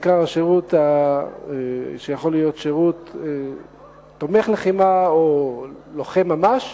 בעיקר השירות שיכול להיות תומך לחימה או לוחם ממש.